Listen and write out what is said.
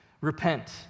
Repent